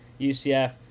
UCF